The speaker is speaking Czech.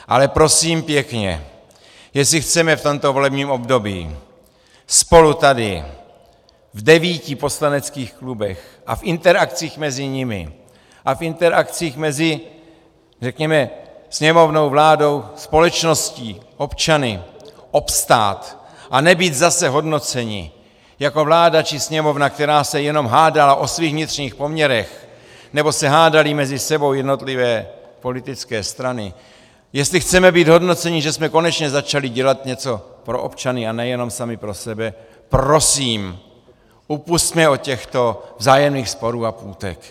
Ale prosím pěkně, jestli chceme v tomto volebním období spolu tady v devíti poslaneckých klubech a v interakcích mezi nimi a v interakcích mezi, řekněme, Sněmovnou, vládou, společností, občany obstát a nebýt zase hodnoceni jako vláda, či Sněmovna, která se jenom hádala o svých vnitřních poměrech, nebo se hádaly mezi sebou jednotlivé politické strany, jestli chceme být hodnoceni, že jsme konečně začali dělat něco pro občany a nejenom sami pro sebe, prosím, upusťme od těchto vzájemných sporů a půtek.